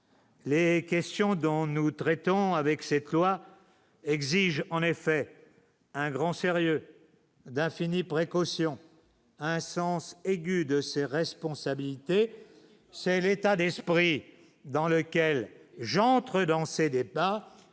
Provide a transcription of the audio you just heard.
les questions dont nous traitons avec cette loi exige en effet un grand sérieux d'infinies précautions, a un sens aigu de ses responsabilités, c'est l'état d'un esprit dans lequel j'dans ces des.